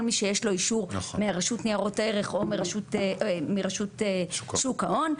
מי שיש לו אישור מהרשות ניירות ערך או מרשות שוק ההון,